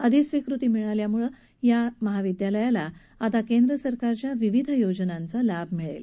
अधिस्वीकृती मिळाल्याने आता या महाविद्यालयाला केंद्र सरकारच्या विविध योजनांचा लाभ मिळेल